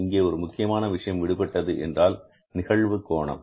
இங்கே ஒரு முக்கியமான விஷயம் விடுபட்டது என்றால் நிகழ்வு கோணம்